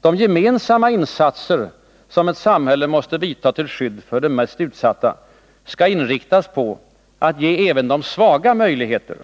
De gemensamma insatser som ett samhälle måste vidta till skydd för de mest utsatta, skall inriktas på att ge även de svaga möjligheter